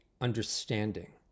understanding